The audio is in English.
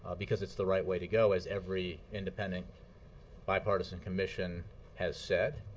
because it's the right way to go, as every independent bipartisan commission has said